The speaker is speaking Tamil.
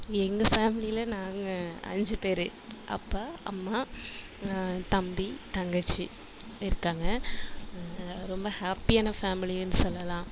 எங்கள் ஃபேமிலியில நாங்கள் அஞ்சு பேர் அப்பா அம்மா நான் தம்பி தங்கச்சி இருக்காங்க ரொம்ப ஹாப்பியான ஃபேமிலின்னு சொல்லலாம்